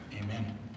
amen